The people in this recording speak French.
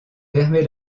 permet